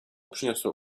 przyniosło